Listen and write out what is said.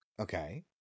Okay